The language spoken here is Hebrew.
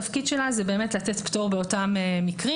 התפקיד שלה זה באמת לתת פטור באותם מקרים